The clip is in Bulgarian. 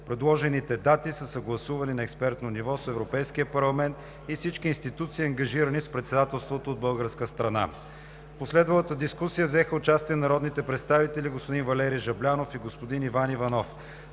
Предложените дати са съгласувани на експертно ниво с Европейския парламент и всички институции, ангажирани с Председателството от българска страна. В последвалата дискусия взеха участие народните представители господин Валери Жаблянов и господин Иван Иванов.